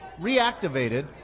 reactivated